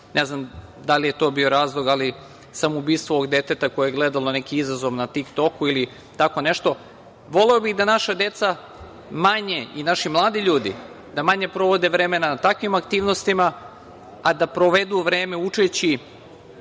ne znam da li je to bio razlog, ali samoubistvo ovog deteta koje je gledalo neki izazov na „Tik-Toku“, ili tako nešto. Voleo bih da naša deca i naši mladi ljudi manje vremena provode na takvim aktivnostima, a da provedu vreme učeći